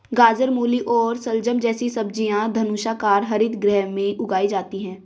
गाजर, मूली और शलजम जैसी सब्जियां धनुषाकार हरित गृह में उगाई जाती हैं